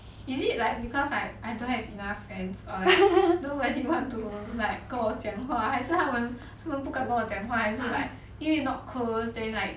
is it like because like I don't have enough friends or like nobody want to like 跟我讲话还是他们他们不敢跟我讲话还是 like 因为 not close then like